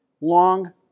long